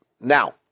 Now